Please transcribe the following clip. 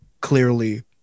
clearly